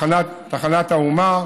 תחנת האומה.